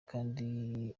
kandi